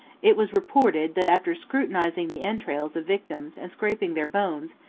it was reported, that, after scrutinizing the entrails of victims, and scraping their bones,